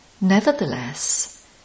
Nevertheless